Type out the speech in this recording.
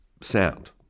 sound